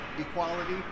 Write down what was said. equality